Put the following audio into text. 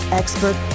expert